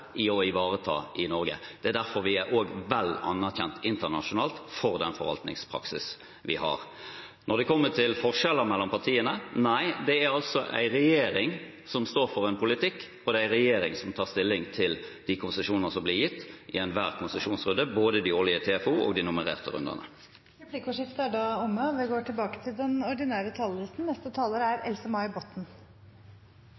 å ivareta i Norge. Det er derfor vi også er vel anerkjent internasjonalt for den forvaltningspraksisen vi har. Når det kommer til forskjellen mellom partiene: Nei, dette er en regjering som står for en politikk, og det er en regjering som tar stilling til de konsesjonene som blir gitt, i enhver konsesjonsrunde, både de årlige TFO-ene og de nummererte rundene. Replikkordskiftet er omme. De talerne som heretter får ordet, har en taletid på inntil 3 minutter. I debatten kan det virke som om komiteen er